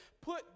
put